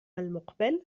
المقبل